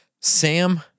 Sam